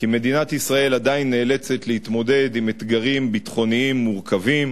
כי מדינת ישראל עדיין נאלצת להתמודד עם אתגרים ביטחוניים מורכבים,